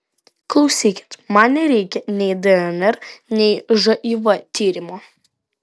klausykit man nereikia nei dnr nei živ tyrimo